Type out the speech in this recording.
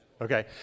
Okay